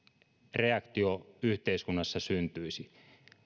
reaktio yhteiskunnassa syntyisi